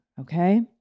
okay